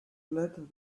let